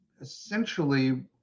essentially